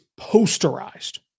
posterized